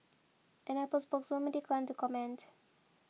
an Apple spokeswoman declined to comment